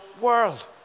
world